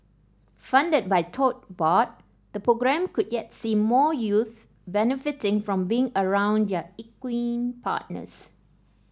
funded by Tote Board the programme could yet see more youths benefiting from being around their equine partners